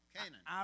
Canaan